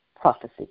prophecy